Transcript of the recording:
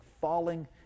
falling